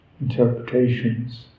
interpretations